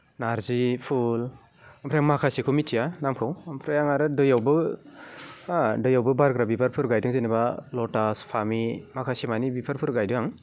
नार्जि फुल ओमफ्राय माखासेखौ मिथिया नामखौ ओमफ्राय आं आरो दैयावबो दैयावबो बारग्रा बिबारफोर गायदों जेनेबा लटास फामि माखासे माने बिफोरफोर गायदों आं